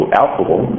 alcohol